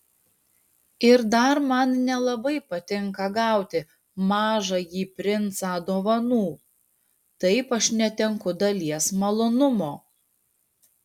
ir dar man nelabai patinka gauti mažąjį princą dovanų taip aš netenku dalies malonumo